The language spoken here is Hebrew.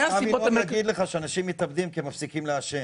יכולים להגיד לך שאנשים מתאבדים כי הם מפסיקים לעשן.